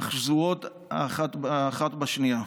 אך שזורות האחת בשנייה: